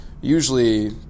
Usually